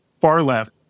far-left